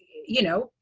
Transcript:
you know,